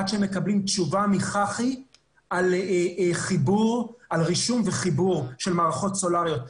עד שמקבלים תשובה מחח"י על רישום וחיבור של מערכות סולריות.